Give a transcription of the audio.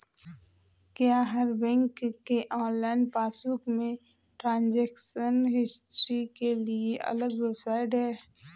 क्या हर बैंक के ऑनलाइन पासबुक में ट्रांजेक्शन हिस्ट्री के लिए अलग वेबसाइट है?